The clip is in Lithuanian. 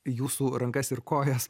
jūsų rankas ir kojas